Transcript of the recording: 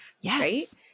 yes